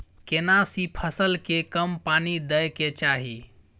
केना सी फसल के कम पानी दैय के चाही?